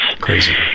Crazy